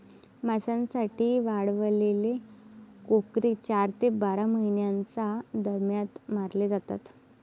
मांसासाठी वाढवलेले कोकरे चार ते बारा महिन्यांच्या दरम्यान मारले जातात